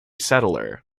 settler